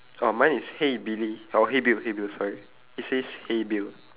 oh mine is hey billy oh hey bill hey bill sorry it says hey bill